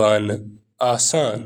کرٕنۍ۔